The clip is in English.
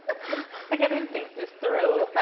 like i didn't think this through.